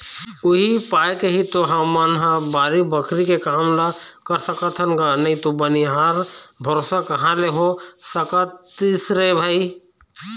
उही पाय के ही तो हमन ह बाड़ी बखरी के काम ल कर सकत हन गा नइते बनिहार भरोसा कहाँ ले हो सकतिस रे भई